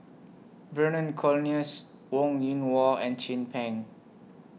Vernon Cornelius Wong Yoon Wah and Chin Peng